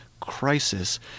crisis